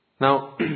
Now